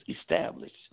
established